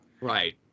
Right